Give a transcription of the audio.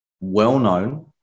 well-known